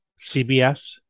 CBS